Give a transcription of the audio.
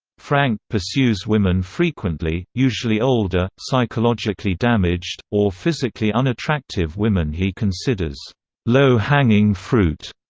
frank pursues women frequently, usually older, psychologically damaged, or physically unattractive women he considers low-hanging fruit.